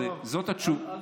זמני,